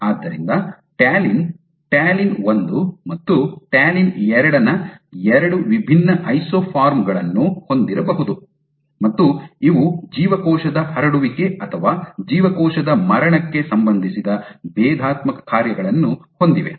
ಆದ್ದರಿಂದ talin talin 1 ಮತ್ತು talin 2 ನ ಎರಡು ವಿಭಿನ್ನ ಐಸೋಫಾರ್ಮ್ ಗಳನ್ನು ಹೊಂದಿರಬಹುದು ಮತ್ತು ಇವು ಜೀವಕೋಶದ ಹರಡುವಿಕೆ ಅಥವಾ ಜೀವಕೋಶದ ಮರಣಕ್ಕೆ ಸಂಬಂಧಿಸಿದ ಭೇದಾತ್ಮಕ ಕಾರ್ಯಗಳನ್ನು ಹೊಂದಿವೆ